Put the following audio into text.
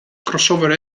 crossover